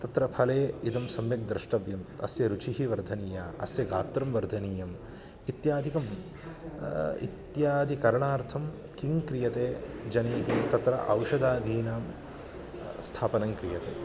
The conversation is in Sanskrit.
तत्र फले इदं सम्यक् द्रष्टव्यम् अस्य रुचिः वर्धनीया अस्य गात्रं वर्धनीयम् इत्यादिकम् इत्यादिकरणार्थं किं क्रियते जनैः तत्र औषधादीनां स्थापनं क्रियते